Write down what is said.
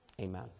Amen